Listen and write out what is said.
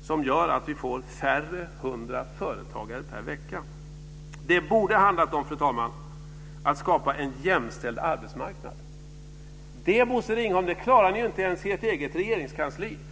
och som gör att vi får Fru talman! Det borde ha handlat om att skapa en jämställd arbetsmarknad. Det klarar ni ju inte ens i ert eget regeringskansli, Bosse Ringholm.